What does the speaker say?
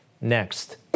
Next